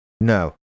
No